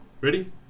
ready